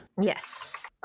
Yes